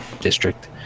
district